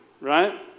Right